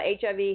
HIV